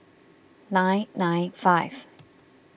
nine nine five